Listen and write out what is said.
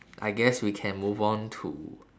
I guess we can move on to